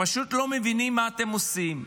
פשוט לא מבינים מה אתם עושים.